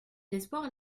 l’espoir